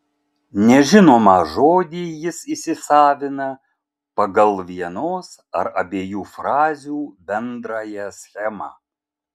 nežinomą žodį jis įsisavina pagal vienos ar abiejų frazių bendrąją schemą